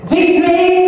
Victory